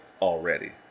already